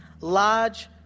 large